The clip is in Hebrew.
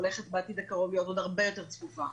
שהיא הולכת בעתיד הקרוב להיות עוד הרבה יותר צפופה